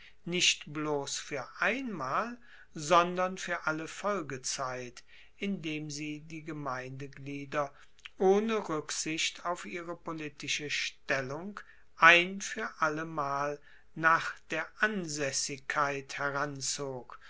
nicht bloss fuer einmal sondern fuer alle folgezeit indem sie die gemeindeglieder ohne ruecksicht auf ihre politische stellung ein fuer allemal nach der ansaessigkeit